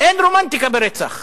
אין רומנטיקה ברצח.